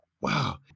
Wow